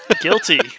Guilty